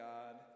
God